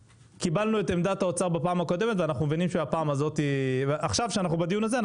קיבלנו את עמדת האוצר בפעם הקודמת ועכשיו בדיון הזה,